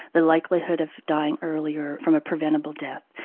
the likelihood of dying earlier from a preventable death.